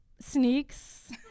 sneaks